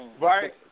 Right